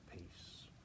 peace